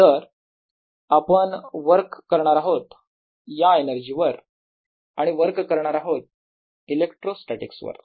तर आपण वर्क करणार आहोत या एनर्जी वर आणि वर्क करणार आहोत इलेक्ट्रोस्टॅटीकस वर